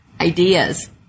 ideas